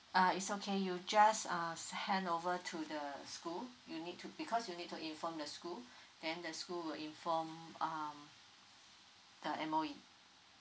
uh it's okay you just uh hand over to the school you need to because you need to inform the school then the school inform um the M_O_E